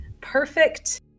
perfect